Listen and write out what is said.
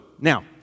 now